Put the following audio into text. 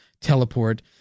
teleport